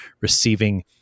receiving